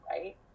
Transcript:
right